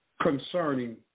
concerning